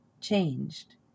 changed